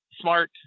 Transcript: smart